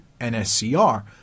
NSCR